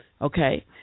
Okay